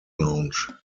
launch